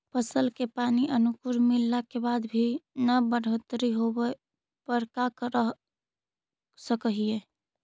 फसल के पानी अनुकुल मिलला के बाद भी न बढ़ोतरी होवे पर का कर सक हिय?